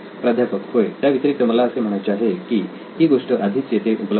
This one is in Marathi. प्राध्यापक होय त्या व्यतिरिक्त मला असे म्हणायचे आहे की ही गोष्ट आधीच येथे उपलब्ध आहे